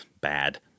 bad